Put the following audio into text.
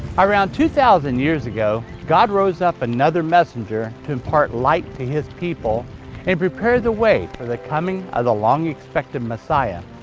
around two thousand years ago, god rose up another messenger to impart light to people and prepare the way for the coming of the long expected messiah.